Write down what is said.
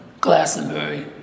Glastonbury